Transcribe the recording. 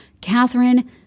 Catherine